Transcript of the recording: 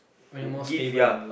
w~ give ya